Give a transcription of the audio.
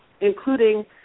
including